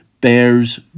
bears